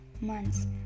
months